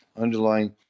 underlying